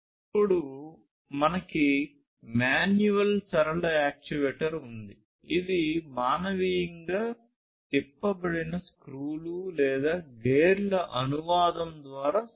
అప్పుడు మనకు మాన్యువల్ సరళ యాక్యుయేటర్ అందిస్తుంది